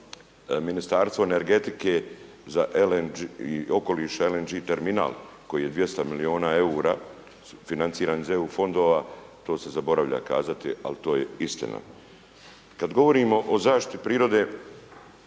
Ministarstvo energetike i okoliša LNG terminal koji je sa 200 milijuna eura financiran iz EU fondova, to se zaboravlja kazati ali to je istina. Kada govorimo o zaštiti prirode,